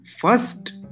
first